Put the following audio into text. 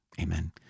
Amen